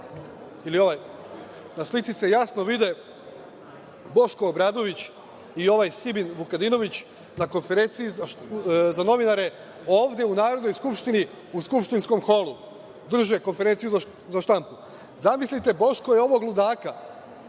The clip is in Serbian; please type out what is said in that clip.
zumira. Na slici se jasno vide Boško Obradović i ovaj Sibin Vukadinović na konferenciji za novinare, ovde u Narodnoj skupštini u skupštinskom holu drže konferenciju za štampu. Zamislite, Boško je ovog ludaka